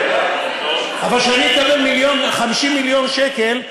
אבל כשאני אקבל 50 מיליון שקל,